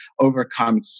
overcome